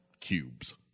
cubes